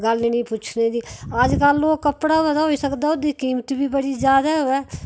गल्ल नेईं पुच्छने अजकल ओह् कपड़ा ते होई सकदा ओहदी कीमत बी बड़ी ज्यादा ऐ